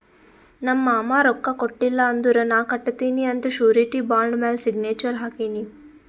ನಮ್ ಮಾಮಾ ರೊಕ್ಕಾ ಕೊಟ್ಟಿಲ್ಲ ಅಂದುರ್ ನಾ ಕಟ್ಟತ್ತಿನಿ ಅಂತ್ ಶುರಿಟಿ ಬಾಂಡ್ ಮ್ಯಾಲ ಸಿಗ್ನೇಚರ್ ಹಾಕಿನಿ